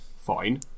fine